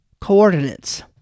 coordinates